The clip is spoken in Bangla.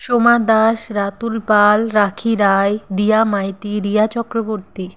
সোমা দাশ রাতুল পাল রাখি রায় দিয়া মাইতি রিয়া চক্রবর্তী